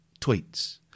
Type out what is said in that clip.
tweets